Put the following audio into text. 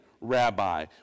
rabbi